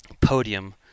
Podium